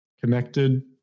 Connected